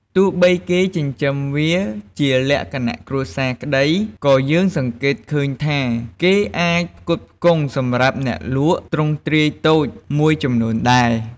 ទោះបីគេចិញ្ចឹមវាជាលក្ខណៈគ្រួសារក្ដី ក៏យើងសង្កេតឃើញថា គេអាចផ្គត់ផ្គង់សម្រាប់អ្នកលក់ទ្រង់ទ្រាយតូចមួយចំនួនដែរ។